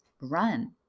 run